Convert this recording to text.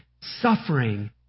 Suffering